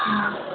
ம்